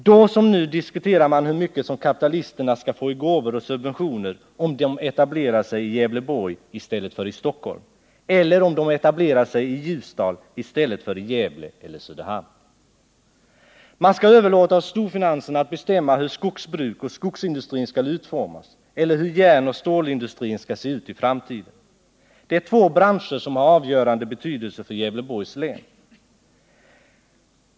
Då som nu diskuterar man hur mycket kapitalisterna skall få i gåvor och subventioner, om de etablerar sig i Gävleborg i stället för i Stockholm eller om de etablerar sig i Ljusdal i stället för i Gävle eller Söderhamn. Man skall överlåta åt storfinansen att bestämma hur skogsbruket och skogsindustrin skall utformas eller hur järnoch stålindustrin skall se ut i framtiden. Det är två branscher som har avgörande betydelse för Gävleborgs län.